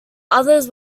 others